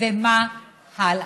ומה הלאה?